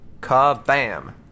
Kabam